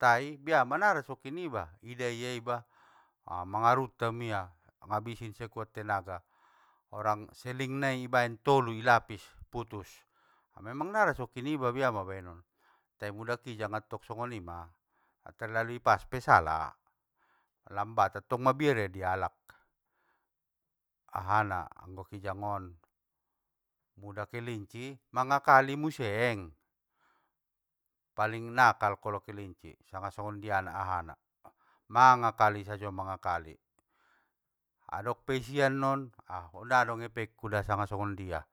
tai biama na rasoki niba! Ida ia iba mangarutta maia abisin sekuat tenaga, orang seling nai ibaen tolu ilapis, putus!. Memang ngga narasoki niba bia ma baenon, te mula kijang attong songonima, terlalu ipas pe sala, lambat atong mabiar ia ialak, ahana anggo kijang on. Mula kelinci mangakali museng, paling nakal kolo kelinci sanga songondiana ahana, mangakali sajo mangakali! Adong pe sia non, ah ngga dong epengku da sanga songondia.